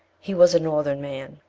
he was a northern man,